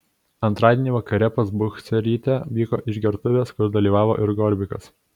antradienį vakare pas buchcerytę vyko išgertuvės kur dalyvavo ir gorbikas